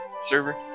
server